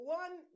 one